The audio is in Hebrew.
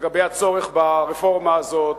לגבי הצורך ברפורמה הזאת